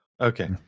okay